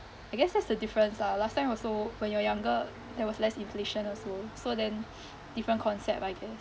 I guess that's the difference lah last time was so when you're younger there was less inflation also so then different concept I guess